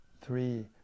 three